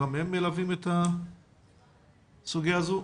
שגם הם מלווים את הסוגיה הזו.